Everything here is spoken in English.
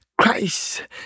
Christ